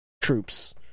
troops